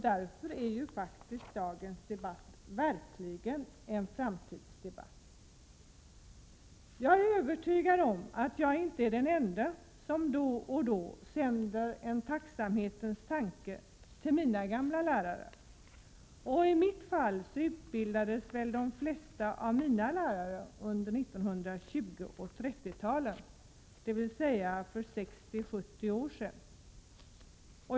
Därför är dagens debatt verkligen en framtidsdebatt. Jag är övertygad om att jag inte är den enda som då och då sänder en tacksamhetens tanke till sina lärare. De lärare som jag hade utbildades väl i de flesta fall under 20 och 30-talen, dvs. för 60-70 år sedan.